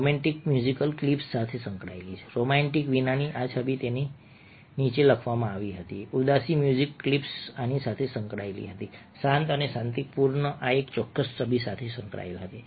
romantic musical clips સાથે સંકળાયેલી હતી રોમેન્ટિક વિનાની આ છબી તેની નીચે લખવામાં આવી હતી ઉદાસી મ્યુઝિક ક્લિપ્સ આની સાથે સંકળાયેલી હતી શાંત અને શાંતિપૂર્ણ આ ચોક્કસ છબી સાથે સંકળાયેલી હતી